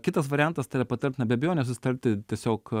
kitas variantas tai yra patartina be abejonės susitarti tiesiog